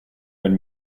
and